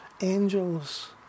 angels